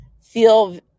feel